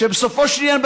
שבסופו של עניין,